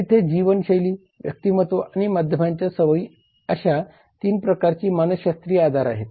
तर इथे जीवनशैली व्यक्तिमत्व आणि माध्यमांच्या सवयी अशा 3 प्रकारची मानसशास्त्रीय आधार आहेत